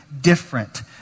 different